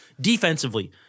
defensively